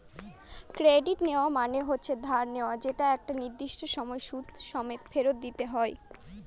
credit নেওয়া মানে হচ্ছে ধার নেওয়া যেটা একটা নির্দিষ্ট সময় সুদ সমেত ফেরত দিতে হয়